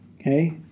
Okay